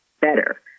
better